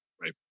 Right